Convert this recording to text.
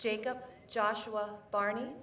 jacob joshua barney